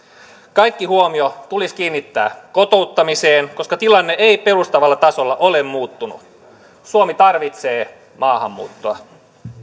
kaikki huomio tulisi kiinnittää kotouttamiseen koska tilanne ei perustavalla tasolla ole muuttunut suomi tarvitsee maahanmuuttoa